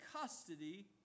custody